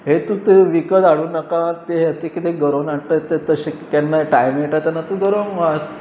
हें तूं थंय विकत हाडूं नाका तेंं हे तें कितें गरोवन हाडटा ते तशें केन्नाय टायम मेळटा तेन्ना तूं गरोवंक वच